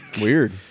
Weird